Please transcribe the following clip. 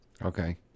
Okay